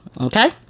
Okay